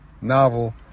novel